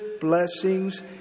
blessings